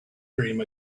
dream